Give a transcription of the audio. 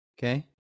Okay